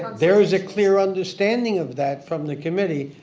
there was a clear understanding of that from the committee.